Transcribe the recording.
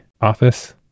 Office